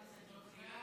שיש לה,